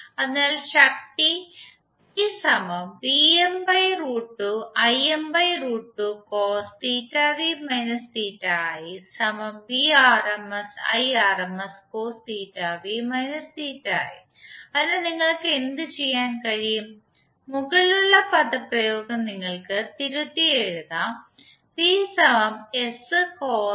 അതിനാൽ ശക്തി അതിനാൽ നിങ്ങൾക്ക് എന്തുചെയ്യാൻ കഴിയും മുകളിലുള്ള പദപ്രയോഗം നിങ്ങൾക്ക് തിരുത്തിയെഴുതാം എന്താണ് എസ്